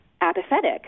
apathetic